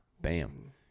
Bam